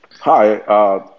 Hi